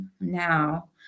now